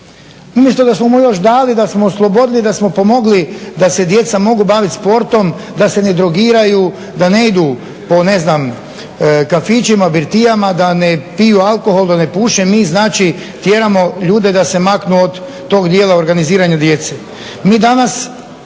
Umjesto da smo mu još dali da smo oslobodili da smo pomogli da se djeca mogu baviti sportom, da se ne drogiraju, da ne idu po kafićima, birtijama, da piju alkohol ne puše, mi znači tjeramo ljude da se maknu od tog dijela organiziranja djece.